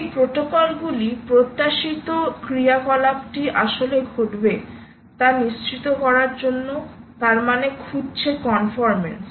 এই প্রোটোকলগুলি প্রত্যাশিত ক্রিয়াকলাপটি আসলে ঘটবে তা নিশ্চিত করার জন্য তার মানে খুঁজছে কনফর্মান্স